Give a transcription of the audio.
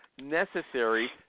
necessary